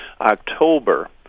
october